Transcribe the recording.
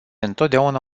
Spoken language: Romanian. întotdeauna